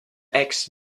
eggs